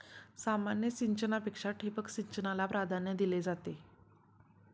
सामान्य सिंचनापेक्षा ठिबक सिंचनाला प्राधान्य दिले जाते